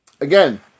Again